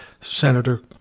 Senator